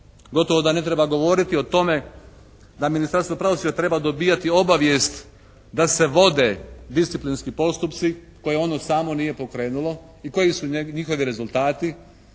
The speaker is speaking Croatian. Gotovo da ne treba govoriti o tome da Ministarstvo pravosuđa treba dobivati obavijest da se vode disciplinski postupci koje ono samo nije pokrenulo i koji su njihovi rezultati